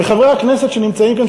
חברי הכנסת שנמצאים כאן,